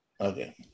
Okay